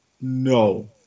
no